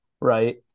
right